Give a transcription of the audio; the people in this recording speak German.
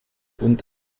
und